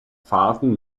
fahrten